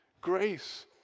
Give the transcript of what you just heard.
Grace